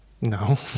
no